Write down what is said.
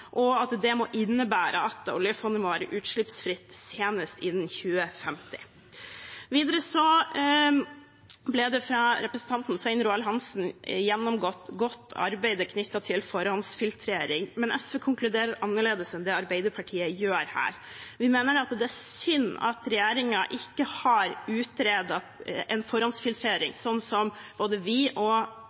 og at det må innebære at oljefondet må være utslippsfritt senest innen 2050. Videre ble arbeidet knyttet til forhåndsfiltrering godt gjennomgått fra representanten Svein Roald Hansens side, men SV konkluderer annerledes enn det Arbeiderpartiet gjør her. Vi mener at det er synd at regjeringen ikke har utredet en forhåndsfiltrering, slik både vi og